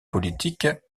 politique